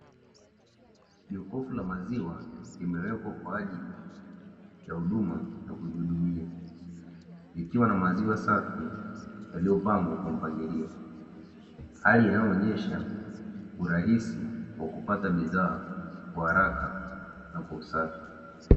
Jokofu la maziwa limewekwa kwa ajili ya huduma ya kujihudumia, ikiwa na maziwa safi yaliyopangwa kwa mpangilio. Hali inayoonyesha urahisi wa kupata bidhaa kwa haraka na kwa usafi.